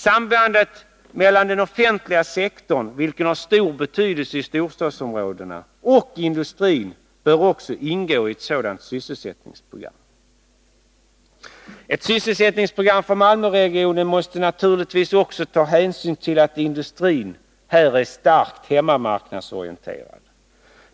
Sambandet mellan den offentliga sektorn, vilken har stor betydelse i storstadsområdena, och industrin bör också ingå i ett sådant sysselsättningsprogram. Ett sysselsättningsprogram för Malmöregionen måste naturligtvis också ta hänsyn till att industrin här är starkt hemmamarknadsorienterad.